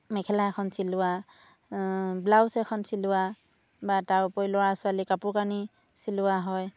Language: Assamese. মেখেলা এখন চিলোৱা ব্লাউজ এখন চিলোৱা বা তাৰ উপৰি ল'ৰা ছোৱালী কাপোৰ কানি চিলোৱা হয়